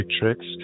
tricks